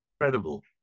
Incredible